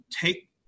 take